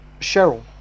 Cheryl